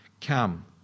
come